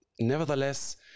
Nevertheless